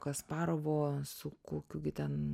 kasparovo su kokiu gi ten